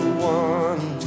one